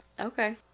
Okay